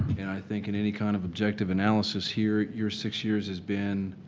and i think in any kind of objective analysis here your six years has been